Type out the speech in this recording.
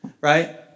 right